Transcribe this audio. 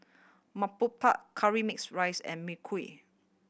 murtabak curry mixed rice and Mee Kuah